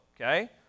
okay